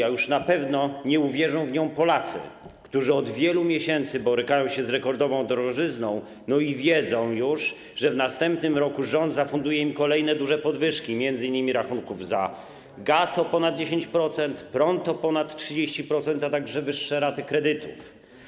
A już na pewno nie uwierzą w nią Polacy, którzy od wielu miesięcy borykają się z rekordową drożyzną i wiedzą już, że w następnym roku rząd zafunduje im kolejne duże podwyżki, m.in. rachunków za gaz o ponad 10%, za prąd o ponad 30%, a także wyższe raty kredytów.